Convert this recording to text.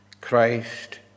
Christ